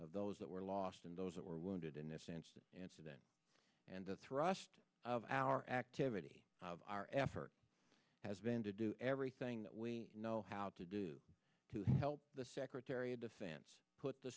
of those that were lost and those that were wounded in that sense that incident and the thrust of our activity of our effort has been to do everything that we know how to do to help the secretary of defense put the